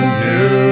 new